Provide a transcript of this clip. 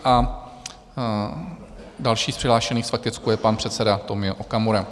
A další z přihlášených s faktickou je pan předseda Tomio Okamura.